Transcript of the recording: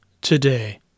today